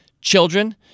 children